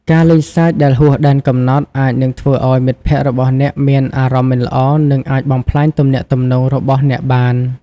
ការលេងសើចដែលហួសដែនកំណត់អាចនឹងធ្វើឱ្យមិត្តភក្តិរបស់អ្នកមានអារម្មណ៍មិនល្អនិងអាចបំផ្លាញទំនាក់ទំនងរបស់អ្នកបាន។